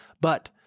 But-